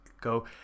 go